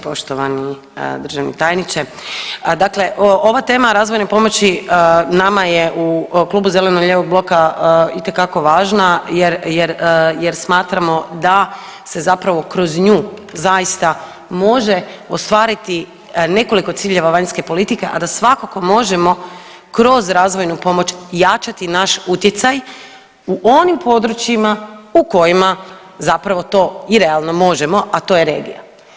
Poštovani državni tajniče, dakle ova tema razvojne pomoći nama je u Klubu zeleno-lijevog bloka itekako važna jer, jer, jer smatramo da se zapravo kroz nju zaista može ostvariti nekoliko ciljeva vanjske politike, a da svakako možemo kroz razvojnu pomoć jačati naš utjecaj u onim područjima u kojima zapravo to i realno možemo, a to je regija.